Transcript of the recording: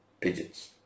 pigeons